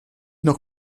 noch